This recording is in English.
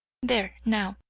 there, now,